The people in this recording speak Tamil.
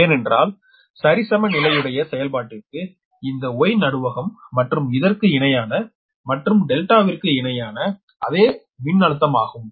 ஏனென்றால் சரிசமநிலையுடைய செயல்பாட்டிற்கு இந்த Y நடுவகம் மற்றும் இதற்கு இணையான மற்றும் ∆ ற்கு இணையான அதே மின்னழுத்தமாகும்